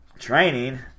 training